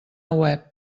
web